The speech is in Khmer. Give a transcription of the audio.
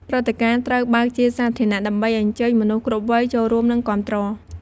ព្រឹត្តិការណ៍ត្រូវបើកជាសាធារណៈ ដើម្បីអញ្ជើញមនុស្សគ្រប់វ័យចូលរួមនិងគាំទ្រ។